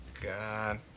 God